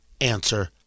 answer